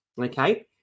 okay